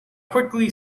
quickly